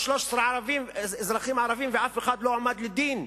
13 אזרחים ערבים ואף אחד לא עמד לדין.